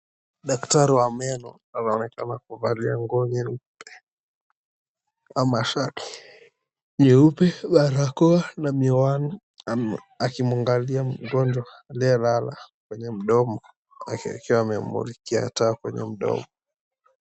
Daktari wa meno anaonekana kuvalia nguo nyeupe ama shati nyeupe, barakoa na miwani akimuangalia mgonjwa aliyelala kwenye mdomo akiwa amemulikia taa kwenye mdomo.